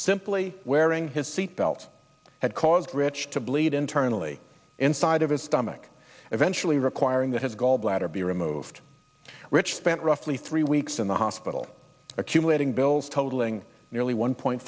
simply wearing his seatbelt had caused rich to bleed internally inside of his stomach eventually requiring that his gallbladder be removed which spent roughly three weeks in the hospital accumulating bills totaling nearly one point